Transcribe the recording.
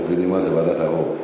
לא מבינים מה זה "ועדת הרוב",